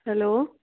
hello